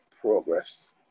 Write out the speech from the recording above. progress